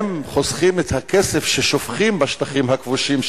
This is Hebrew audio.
אם חוסכים את הכסף ששופכים בשטחים הכבושים,